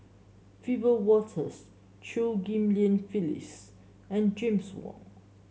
Wiebe Wolters Chew Ghim Lian Phyllis and James Wong